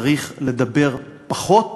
צריך לדבר פחות